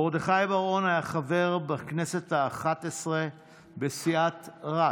מרדכי בר-און היה חבר בכנסת האחת-עשרה בסיעת רצ.